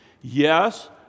Yes